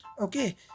okay